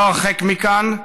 לא הרחק מכאן,